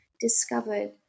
discovered